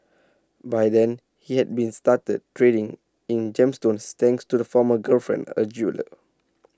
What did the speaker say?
by then he had been started trading in gemstones thanks to the former girlfriend A jeweller